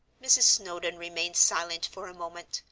mrs. snowdon remained silent for a moment,